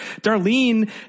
Darlene